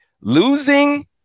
losing